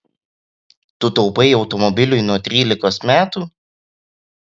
tu taupai automobiliui nuo trylikos metų